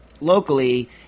locally